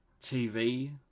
TV